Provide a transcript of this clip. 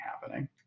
happening